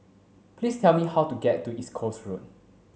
please tell me how to get to East Coast Road